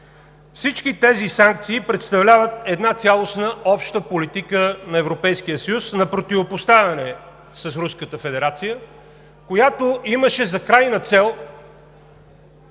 Всички тези санкции представляват една цялостна обща политика на Европейския съюз на противопоставяне с Руската федерация, която имаше за крайна цел